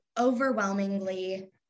overwhelmingly